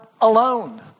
alone